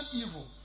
evil